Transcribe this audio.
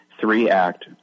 three-act